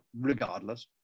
regardless